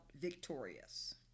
victorious